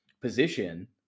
position